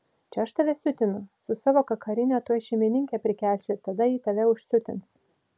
čia aš tave siutinu su savo kakarine tuoj šeimininkę prikelsi tada ji tave užsiutins